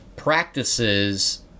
Practices